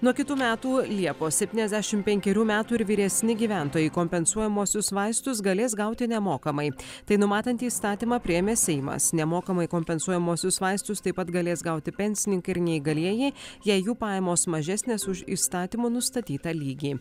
nuo kitų metų liepos septyniasdešimt penkerių metų ir vyresni gyventojai kompensuojamuosius vaistus galės gauti nemokamai tai numatantį įstatymą priėmė seimas nemokamai kompensuojamuosius vaistus taip pat galės gauti pensininkai ir neįgalieji jei jų pajamos mažesnės už įstatymo nustatytą lygį